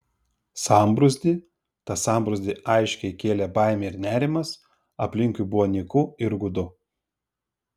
sambrūzdį tą sambrūzdį aiškiai kėlė baimė ir nerimas aplinkui buvo nyku ir gūdu